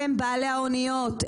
הם בעלי האוניות,